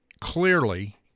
clearly